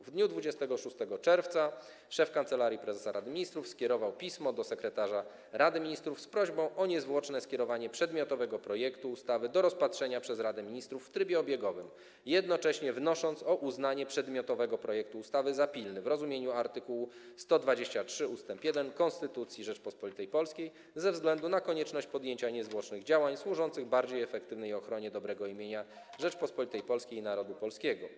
W dniu 26 czerwca szef Kancelarii Prezesa Rady Ministrów skierował pismo do sekretarza Rady Ministrów z prośbą o niezwłoczne skierowanie przedmiotowego projektu ustawy do rozpatrzenia przez Radę Ministrów w trybie obiegowym, jednocześnie wnosząc o uznanie przedmiotowego projektu ustawy za pilny w rozumieniu art. 123 ust. 1 Konstytucji Rzeczypospolitej Polskiej ze względu na konieczność podjęcia niezwłocznych działań służących bardziej efektywnej ochronie dobrego imienia Rzeczypospolitej Polskiej i narodu polskiego.